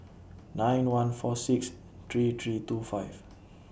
nine one four six three three two five